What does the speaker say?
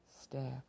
Staff